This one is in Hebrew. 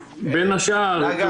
בין השאר -- נגר, נגר, אתה שומע אותי?